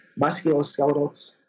musculoskeletal